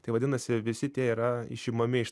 tai vadinasi visi tie yra išimami iš